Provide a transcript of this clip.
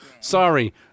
Sorry